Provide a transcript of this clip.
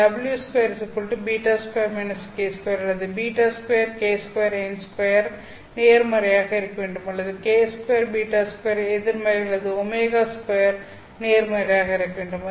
w2β2 k2 அல்லது β2 k 2n2 நேர்மறையாக இருக்க வேண்டும் அல்லது k 2 β2 எதிர்மறை அல்லது w2 நேர்மறையாக இருக்க வேண்டும்